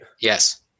Yes